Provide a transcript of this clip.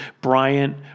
Bryant